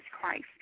Christ